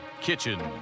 Kitchen